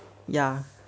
ya